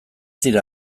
dira